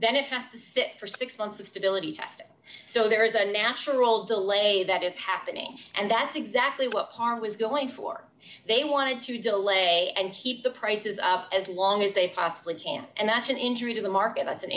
then it has to see it for six months of stability test so there is a natural delay that is happening and that's exactly what part was going for they wanted to delay and keep the prices up as long as they possibly can and that's an injury to the market that's an